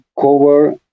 cover